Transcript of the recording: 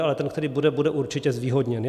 Ale ten, který bude, bude ale určitě zvýhodněn.